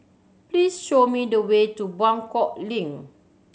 please show me the way to Buangkok Link